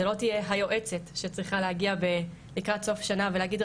זה לא תהיה היועצת שצריכה להגיע לקראת סוף שנה ולהגיד,